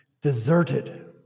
Deserted